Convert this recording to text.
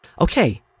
Okay